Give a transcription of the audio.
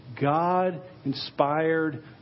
God-inspired